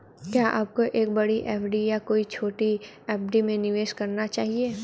क्या आपको एक बड़ी एफ.डी या कई छोटी एफ.डी में निवेश करना चाहिए?